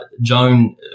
Joan